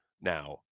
now